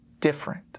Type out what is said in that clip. Different